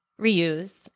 reuse